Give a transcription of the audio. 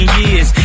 years